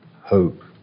hope